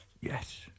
Yes